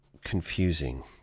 confusing